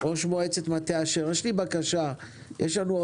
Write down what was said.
יש אזור תעשייה בבר לב,